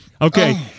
Okay